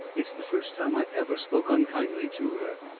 it's the first time i ever spoke unkindly to her.